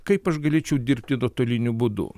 kaip aš galėčiau dirbti nuotoliniu būdu